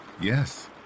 Yes